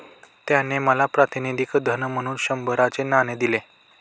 त्याने मला प्रातिनिधिक धन म्हणून शंभराचे नाणे दिले